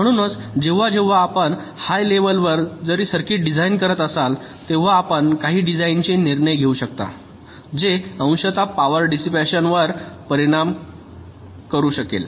म्हणूनच जेव्हा जेव्हा आपण हाय लेवलवर जरी सर्किट डिझाइन करत असाल तेव्हा आपण काही डिझाइनचे निर्णय घेऊ शकता जे अंशतः पॉवर डिसिपॅशन वर परिणाम होऊ शकेल